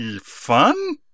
fun